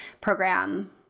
program